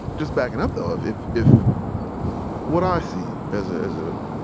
just backing up, though. if, if if what i see as as a